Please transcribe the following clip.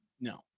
no